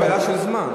יש מגבלה של זמן.